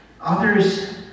others